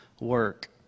work